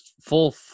full